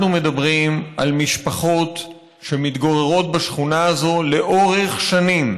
אנחנו מדברים על משפחות שמתגוררות בשכונה הזאת לאורך שנים.